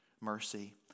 mercy